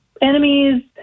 enemies